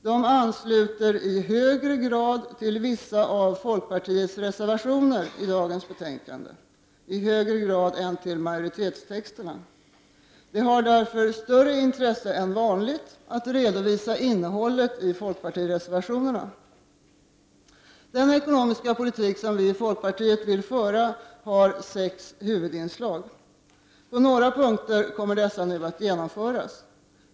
Dessa ansluter i högre grad till vissa av folkpartiets reservationer till detta betänkande än till majoritetstexterna. Det är därför av större intresse än vanligt att redovisa innehållet i folkpartireservationerna. Den ekonomiska politik vi i folkpartiet vill föra har sex huvudinslag. På några punkter kommer dessa nu att genomföras.